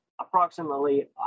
approximately